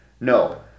no